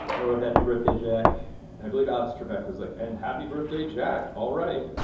i wrote happy birthday, jack and i believe alex trebek was like, and happy birthday, jack. all right.